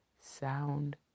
sound